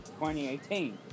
2018